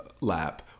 lap